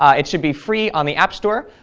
it should be free on the app store,